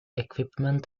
equipment